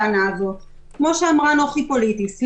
כמו שאמרה נוחי פוליטיס ,